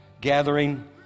gathering